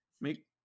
make